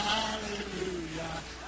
Hallelujah